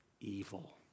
evil